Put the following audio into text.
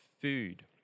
food